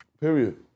Period